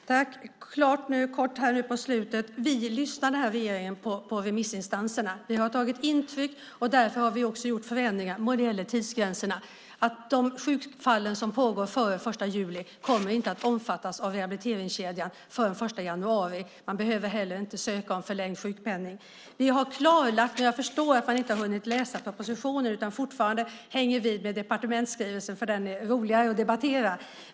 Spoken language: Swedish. Herr talman! Låt mig göra detta klart nu på slutet. I den här regeringen lyssnar vi på remissinstanserna. Vi har tagit intryck, och därför har vi också gjort förändringar vad det gäller tidsgränserna. De sjukfall som pågår före den 1 juli kommer inte att omfattas av rehabiliteringskedjan förrän den 1 januari. Man behöver heller inte söka om förlängd sjukpenning. Jag förstår att man inte har hunnit läsa propositionen utan fortfarande hänger vid med departementsskrivelsen, för den är roligare att debattera.